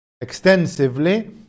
extensively